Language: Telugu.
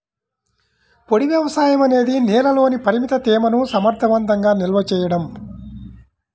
పొడి వ్యవసాయం అనేది నేలలోని పరిమిత తేమను సమర్థవంతంగా నిల్వ చేయడం